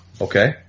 Okay